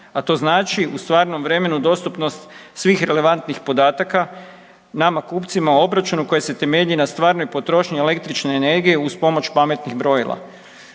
a to znači u stvarnom vremenu dostupnost svih relevantnih podataka, nama kupcima, obračunu koji se temelji na stvarnoj potrošnji električne energije uz pomoć pametnih brojila.